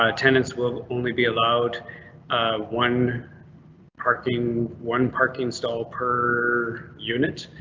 ah tenants will only be allowed one parking, one parking stall per unit.